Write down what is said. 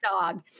dog